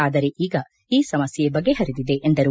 ಆದರೆ ಈಗ ಈ ಸಮಸ್ಯೆ ಬಗೆಹರಿದಿದೆ ಎಂದರು